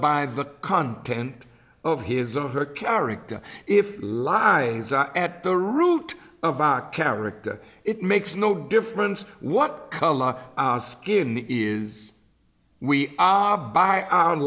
by the content of his or her character if lives are at the root of aa character it makes no difference what color our skin is we are by